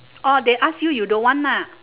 orh they ask you you don't want ah